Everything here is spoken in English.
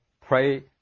pray